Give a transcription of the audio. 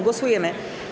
Głosujemy.